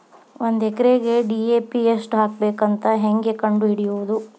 ಒಂದು ಎಕರೆಗೆ ಡಿ.ಎ.ಪಿ ಎಷ್ಟು ಹಾಕಬೇಕಂತ ಹೆಂಗೆ ಕಂಡು ಹಿಡಿಯುವುದು?